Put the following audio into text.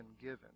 given